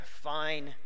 fine